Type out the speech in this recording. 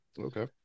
okay